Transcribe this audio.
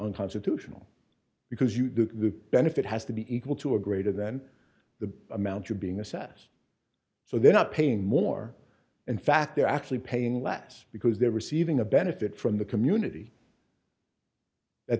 unconstitutional because you do get the benefit has to be equal to or greater than the amount you're being assessed so they're not paying more in fact they're actually paying less because they're receiving a benefit from the community that